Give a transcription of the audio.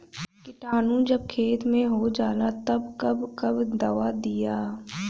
किटानु जब खेत मे होजाला तब कब कब दावा दिया?